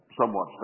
Somewhat